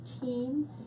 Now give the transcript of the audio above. team